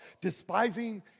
despising